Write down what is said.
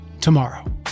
tomorrow